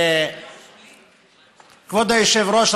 כבוד היושב-ראש,